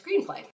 screenplay